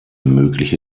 mögliche